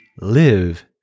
live